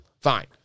Fine